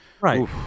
Right